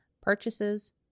purchases